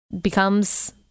becomes